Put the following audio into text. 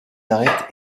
arêtes